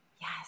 Yes